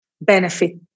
benefit